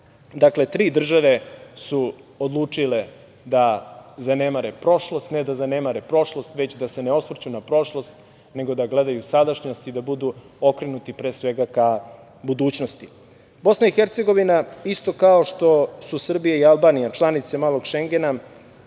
Dakle, tri države su odlučile da zanemare prošlost, ne da zanemare prošlost, već da se ne osvrću na prošlost i da gledaju sadašnjost i da budu okrenuti pre svega ka budućnosti. Bosna i Hercegovina, isto kao što su Srbija i Albanija članice "malog Šengena",